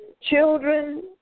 Children